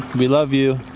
we love you.